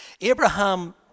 Abraham